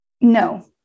no